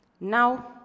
Now